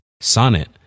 Sonnet